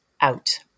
out